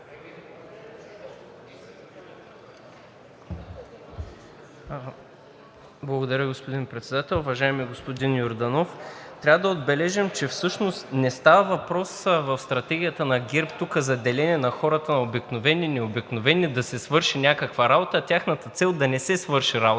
Благодаря, господин Председател. Уважаеми господин Йорданов, трябва да отбележим, че всъщност не става въпрос в стратегията на ГЕРБ тук за деление на хората на обикновени, необикновени, да се свърши някаква работа, а тяхната цел е да не се свърши работа